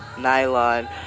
nylon